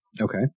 Okay